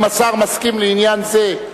אם השר מסכים לעניין זה.